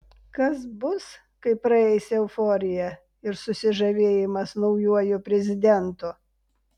kas bus kai praeis euforija ir susižavėjimas naujuoju prezidentu